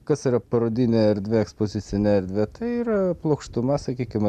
kas yra parodinė erdvė ekspozicinė erdvė tai yra plokštuma sakykim